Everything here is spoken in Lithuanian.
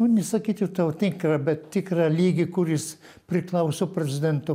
nu nesakyčiau tau tikrą bet tikrą lygį kuris priklauso prezidento